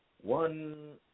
one